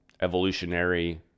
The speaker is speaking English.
evolutionary